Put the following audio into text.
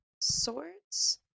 swords